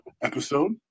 episode